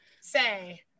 say